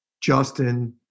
Justin